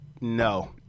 No